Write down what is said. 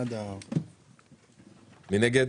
6 נגד,